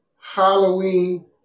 Halloween